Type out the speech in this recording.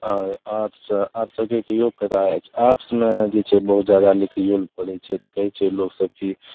arts arts रखैके इहो फायदा होइ छै आर्ट्समे जे छै बहुत जादा लिखैओ ले पड़ै छै तऽ कहै छै लोकसभ कि